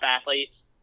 athletes